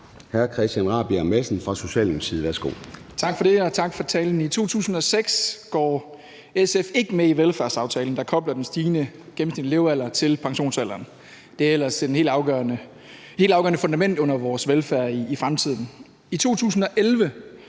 13:58 Christian Rabjerg Madsen (S): Tak for det, og tak for talen. I 2006 går SF ikke med i velfærdsaftalen, der kobler en stigende gennemsnitlige levealder til pensionsalderen. Det er ellers det helt afgørende fundament under vores velfærd i fremtiden. I 2011